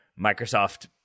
Microsoft